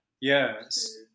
yes